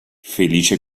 felice